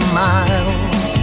miles